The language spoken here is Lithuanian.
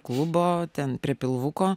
klubo ten prie pilvuko